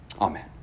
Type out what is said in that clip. amen